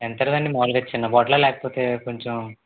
ఎంతలో అండి మాములుగా చిన్న బాటిల లేకపోతే కొంచెం